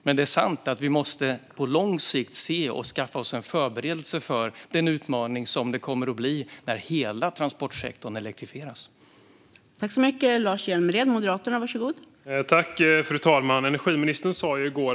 Det är dock sant att vi på lång sikt måste se över och skaffa oss en förberedelse för den utmaning som det kommer att innebära att elektrifiera hela transportsektorn.